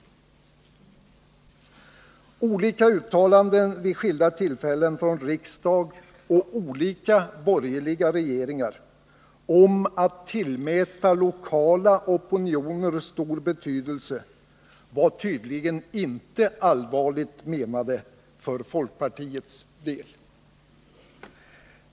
Olika uttalanden vid skilda tillfällen från riksdag och olika borgerliga regeringar om att tillmäta lokala opinioner stor betydelse var tydligen inte allvarligt menade för folkpartiets del.